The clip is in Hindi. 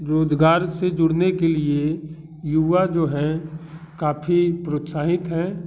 रोज़गार से जुड़ने के लिए युवा जो हैं काफ़ी प्रोत्साहित हैं